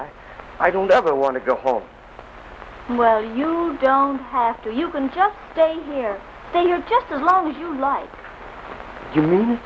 i i don't ever want to go home where you don't have to you can just stay here they are just as long as you live you mean